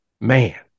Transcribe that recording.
Man